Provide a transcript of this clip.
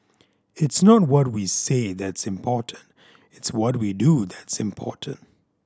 it's not what we say that's important it's what we do that's important